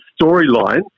storyline